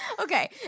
Okay